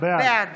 בעד